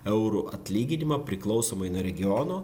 eurų atlyginimą priklausomai nuo regiono